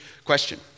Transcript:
Question